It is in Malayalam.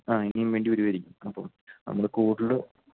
ആ ഇനിയും വേണ്ടി വരുമായിരിക്കും അപ്പം നമ്മള് കൂടുതല്